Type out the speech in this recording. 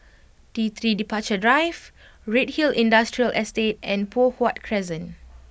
T three Departure Drive Redhill Industrial Estate and Poh Huat Crescent